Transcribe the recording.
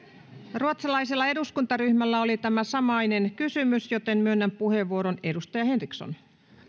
ruotsalaisella eduskuntaryhmällä oli tämä samainen kysymys joten myönnän puheenvuoron edustaja henrikssonille